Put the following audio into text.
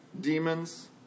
demons